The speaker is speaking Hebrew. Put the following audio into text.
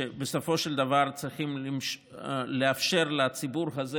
בסופו של דבר צריכים לאפשר לציבור הזה,